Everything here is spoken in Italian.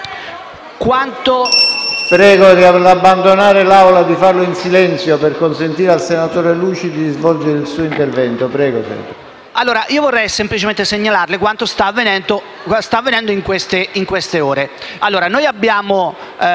vuole abbandonare l'Aula di farlo in silenzio, per consentire al senatore Lucidi di svolgere il suo intervento. LUCIDI *(M5S)*. Vorrei semplicemente segnalarle quanto sta avvenendo in queste ore. Noi abbiamo